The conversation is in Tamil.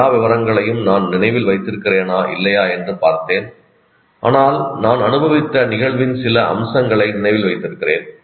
எல்லா விவரங்களையும் நான் நினைவில் வைத்திருக்கிறேனா இல்லையா என்று பார்த்தேன் ஆனால் நான் அனுபவித்த நிகழ்வின் சில அம்சங்களை நினைவில் வைத்திருக்கிறேன்